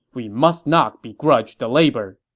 we must not begrudge the labor.